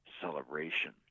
celebration